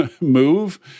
move